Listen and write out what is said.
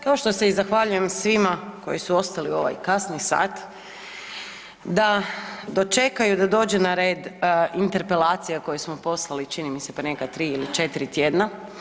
Kao što se i zahvaljujem svima koji su ostali u ovaj kasni sat da dočekuju da dođe na red interpelacija koju smo poslali čini mi se prije tri ili četiri tjedna.